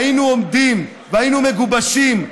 היינו עומדים והיינו מגובשים,